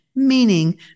meaning